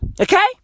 Okay